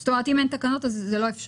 כלומר, אם אין תקנות אז זה לא אפשרי?